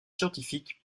scientifiques